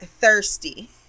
thirsty